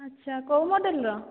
ଆଚ୍ଛା କେଉଁ ମଡ଼େଲର